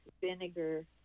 vinegar